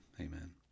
amen